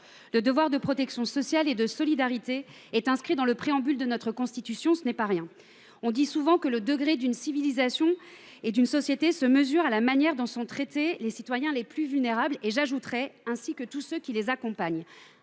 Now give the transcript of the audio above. le devoir de protection sociale et de solidarité est inscrit dans le préambule de notre Constitution ; ce n’est pas rien. On dit souvent que le degré d’une civilisation et d’une société se mesure à la manière dont y sont traités les citoyens les plus vulnérables ; j’ajouterai : ainsi que tous ceux qui les accompagnent.